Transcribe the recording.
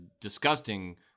disgusting